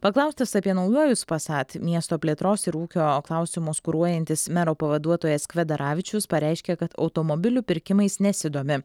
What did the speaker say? paklaustas apie naujuojus pasat miesto plėtros ir ūkio klausimus kuruojantis mero pavaduotojas kvedaravičius pareiškė kad automobilių pirkimais nesidomi